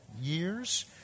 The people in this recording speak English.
years